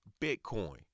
Bitcoin